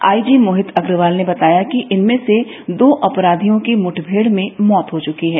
IG Mohit Agarwal ने बताया कि इनमें से दो अपराधियों की मुठभेड़ में मौत हो चुकी है